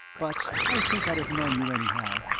but i think i'd have known you anyhow.